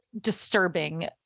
disturbing